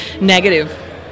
Negative